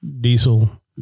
diesel